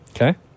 Okay